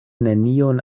nenion